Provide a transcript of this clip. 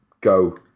go